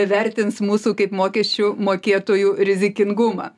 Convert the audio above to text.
vertins mūsų kaip mokesčių mokėtojų rizikingumą